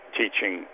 teaching